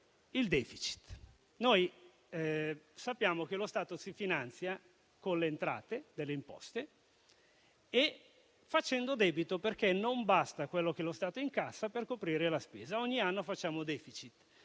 il *deficit*. Sappiamo che lo Stato si finanzia con le entrate delle imposte e facendo debito, perché non basta quello che incassa per coprire la spesa: ogni anno facciamo *deficit*.